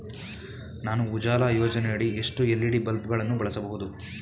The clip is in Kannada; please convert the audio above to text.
ನಾನು ಉಜಾಲ ಯೋಜನೆಯಡಿ ಎಷ್ಟು ಎಲ್.ಇ.ಡಿ ಬಲ್ಬ್ ಗಳನ್ನು ಬಳಸಬಹುದು?